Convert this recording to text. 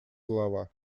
голова